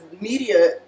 media